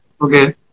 Okay